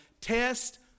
test